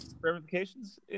ramifications